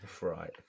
Right